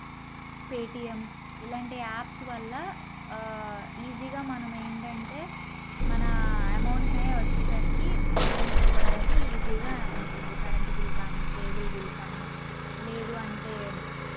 Paytm ఇలాంటి apps వల్ల ఈజీగా మనం ఏంటంటే మన అమౌంట్ని వచ్చేసరికి చెల్లించుకోవడానికి ఈజీగా ఉంటుంది కరెంట్ బిల్ కానీ కేబుల్ బిల్ కానీ లేదు అంటే